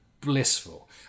blissful